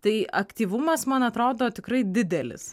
tai aktyvumas man atrodo tikrai didelis